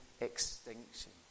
extinction